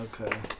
Okay